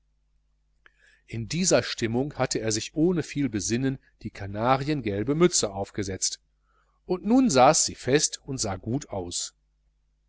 in dieser stimmung hatte er sich ohne viel besinnen die kanariengelbe mütze aufgesetzt und nun saß sie fest und sah gut aus